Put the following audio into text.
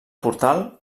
portal